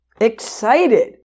Excited